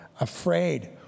afraid